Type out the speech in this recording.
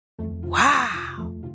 Wow